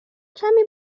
کمی